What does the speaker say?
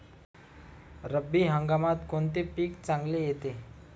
रब्बी हंगामात कोणते पीक चांगले येते?